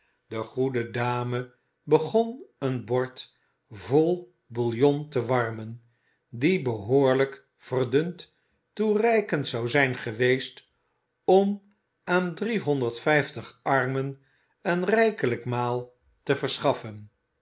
de goede dame begon een bord vol bouillon te warmen die behoorlijk verdund toereikend zou zijn geweest om aan driehonderdvijftig armen een rijkelijk maal te verschaffen